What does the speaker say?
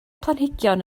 planhigion